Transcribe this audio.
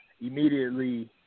immediately